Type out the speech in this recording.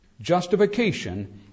justification